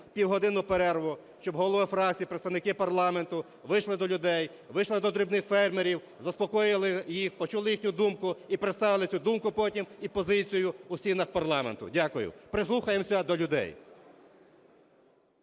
півгодинну перерву, щоб голови фракцій, представники парламенту вийшли до людей, вийшли до дрібних фермерів, заспокоїли їх, почули їхню думку і представили цю думку потім і позицію у стінах парламенту. Дякую. Прислухаємося до людей.